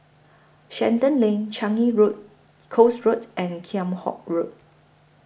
Shenton Lane Changi Road Coast Road and Kheam Hock Road